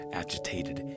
agitated